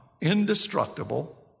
indestructible